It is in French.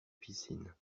piscine